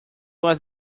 was